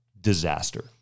disaster